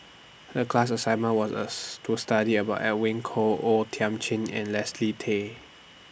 The class assignment was as to study about Edwin Koek O Thiam Chin and Leslie Tay